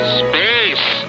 space